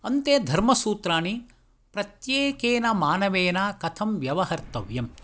अन्ते धर्मसूत्राणि प्रत्येकेन मानवेन कथं व्यवहर्तव्यं